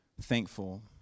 thankful